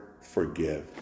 forgive